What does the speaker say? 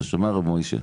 אתה שומע משה?